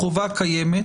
החובה קיימת